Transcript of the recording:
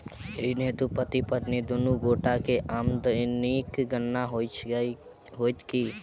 ऋण हेतु पति पत्नी दुनू गोटा केँ आमदनीक गणना होइत की?